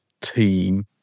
team